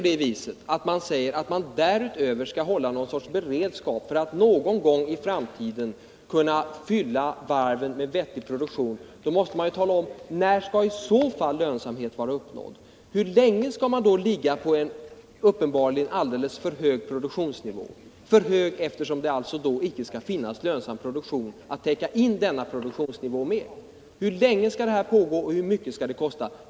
Men om man därutöver vill hålla någon sorts beredskap, för att någon gång i framtiden kunna fylla varven med vettig produktion, då vill jag ha svar på några frågor: När skall lönsamhet i så fall vara uppnådd? Hur länge skall man ligga på en uppenbarligen alldeles för hög produktionsnivå — för hög eftersom det inte skall finnas lönsam produktion att täcka in denna produktionsnivå med? Hur länge skall det pågå och hur mycket skall det kosta?